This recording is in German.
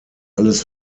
alles